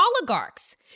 oligarchs